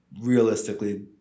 Realistically